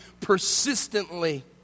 persistently